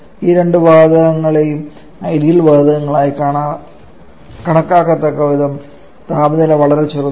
ഈ രണ്ട് വാതകങ്ങളെയും ഐഡിയൽ വാതകങ്ങളായി കണക്കാക്കാനാവാത്തവിധം താപനില വളരെ ചെറുതാണ്